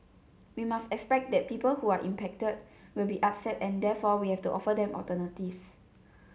we must expect that people who are impacted will be upset and therefore we have to offer them alternatives